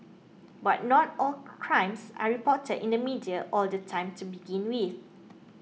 but not all crimes are reported in the media all the time to begin with